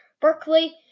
Berkeley